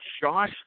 Josh